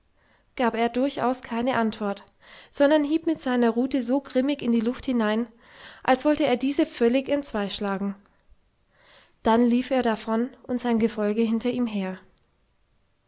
gab er durchaus keine antwort sondern hieb mit seiner rute so grimmig in die luft hinein als wollte er diese völlig entzweischlagen dann lief er davon und sein gefolge hinter ihm her